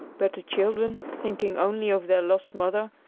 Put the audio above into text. but the children, thinking only of their lost mother,